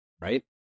right